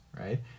right